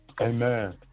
Amen